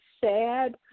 sad